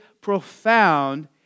profound